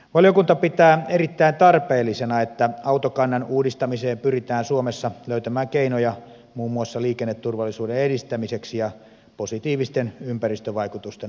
valiokunta pitää erittäin tarpeellisena että autokannan uudistamiseen pyritään suomessa löytämään keinoja muun muassa liikenneturvallisuuden edistämiseksi ja positiivisten ympäristövaikutusten aikaansaamiseksi